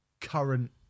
current